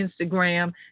Instagram